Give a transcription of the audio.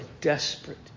desperate